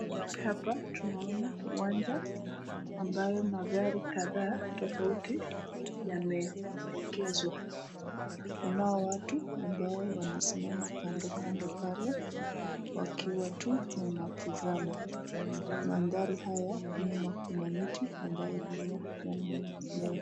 Hapa tunaona uwanja ambayo magari kadhaa tofauti yameekezwa. Kuna watu ambao wanasimama kando kando pale wakiwa tu wanatizama. Mandhari haya nyuma kuna miti ambayo pia yamea.